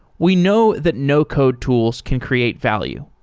we know that no-code tools can create value.